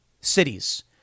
cities